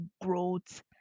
growth